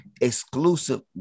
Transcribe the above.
exclusive